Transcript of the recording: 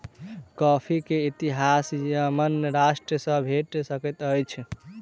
coffee के इतिहास Yemen राष्ट्र सॅ भेट सकैत अछि